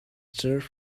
serves